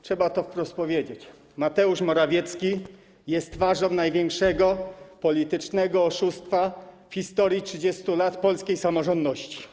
Trzeba to wprost powiedzieć: Mateusz Morawiecki jest twarzą największego politycznego oszustwa w historii 30 lat polskiej samorządności.